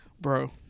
Bro